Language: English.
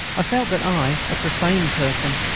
i felt that i, a profane person,